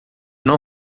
não